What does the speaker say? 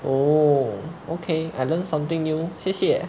oh okay I learnt something new 谢谢